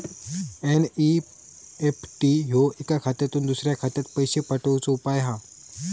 NEFT ह्यो एका खात्यातुन दुसऱ्या खात्यात पैशे पाठवुचो उपाय हा